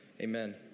Amen